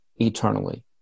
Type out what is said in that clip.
eternally